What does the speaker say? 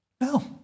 No